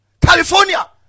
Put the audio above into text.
California